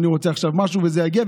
אני רוצה עכשיו משהו וזה יגיע,